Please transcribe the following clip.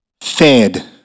Fed